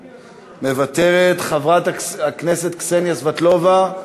מוותרת, חברת הכנסת קסניה סבטלובה,